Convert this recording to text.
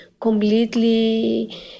completely